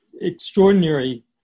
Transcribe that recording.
extraordinary